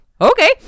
okay